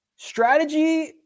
strategy